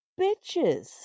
bitches